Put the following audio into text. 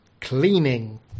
cleaning